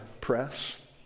press